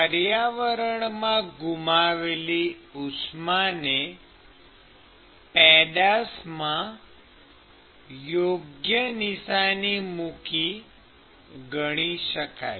પર્યાવરણમાં ગુમાવેલી ઉષ્માને પેદાશમાં યોગ્ય નિશાની મૂકી ગણી શકાય